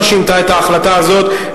לא שינתה את ההחלטה הזאת.